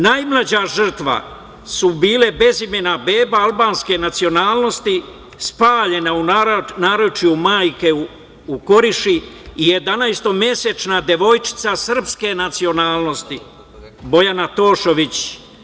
Najmlađa žrtva su bile bezimena beba albanske nacionalnosti spaljena u naručju majke u Koriši i jedanaestomesečna devojčica srpske nacionalnosti Bojana Tošović.